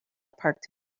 parked